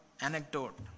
anecdote